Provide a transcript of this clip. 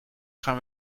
gaan